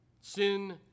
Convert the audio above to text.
sin